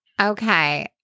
Okay